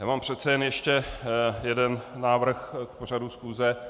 Mám přece jen ještě jeden návrh k pořadu schůze.